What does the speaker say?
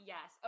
Yes